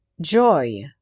joy